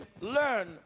learn